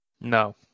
No